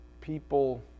people